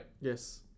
Yes